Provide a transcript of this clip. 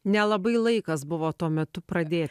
nelabai laikas buvo tuo metu pradė